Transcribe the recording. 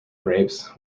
grapes